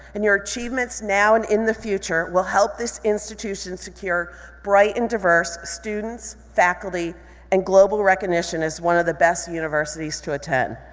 and your achievements, now and in the future, will help this institution secure bright and diverse students, faculty and global recognition as one of the best universities to attend.